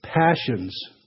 passions